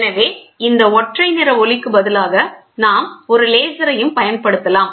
எனவே இந்த ஒற்றை நிற ஒளிக்கு பதிலாக நாம் ஒரு லேசரையும் பயன்படுத்தலாம்